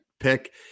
Pick